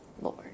Lord